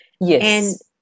Yes